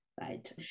right